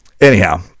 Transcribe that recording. Anyhow